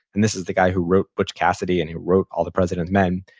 and this is the guy who wrote butch cassidy and who wrote all the president's men.